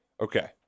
Okay